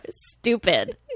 Stupid